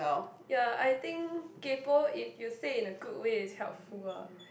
ya I think kaypo if you say in a good way is helpful ah